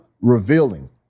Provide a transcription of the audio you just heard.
revealing